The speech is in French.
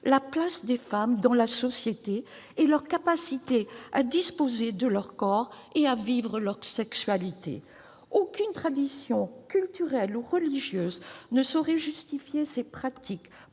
la place des femmes dans la société et leur capacité à disposer de leur corps et à vivre leur sexualité. Aucune tradition culturelle ou religieuse ne saurait justifier ces pratiques